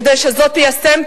כדי שזו תיישם,